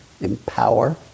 Empower